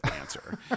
answer